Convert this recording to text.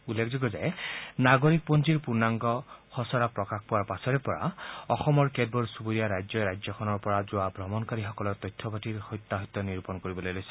উল্লেখযোগ্য যে নাগৰিকপঞ্জীৰ পূৰ্ণাংগ প্ৰকাশ পোৱাৰ পাছৰে পৰা অসমৰ কেতবোৰ চবুৰীয়া ৰাজ্যই ৰাজ্যখনৰ পৰা যোৱা ভ্ৰমণকাৰীসকলৰ তথ্যপাতিৰ সত্যাসত্য নিৰূপণ কৰিবলৈ লৈছে